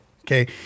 Okay